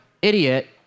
Idiot